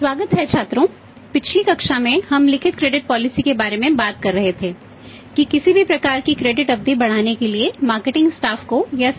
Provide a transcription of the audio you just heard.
स्वागत है छात्रों पिछली कक्षा में हम लिखित क्रेडिट पॉलिसी से